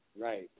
Right